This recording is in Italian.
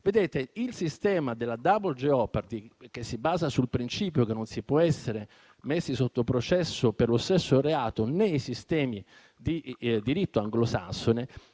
sistemi. Il sistema della *double jeopardy*, che si basa sul principio che non si può essere messi sotto processo per lo stesso reato, nei sistemi di diritto anglosassone